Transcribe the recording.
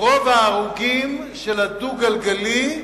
רוב ההרוגים של הדו-גלגלי,